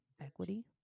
equity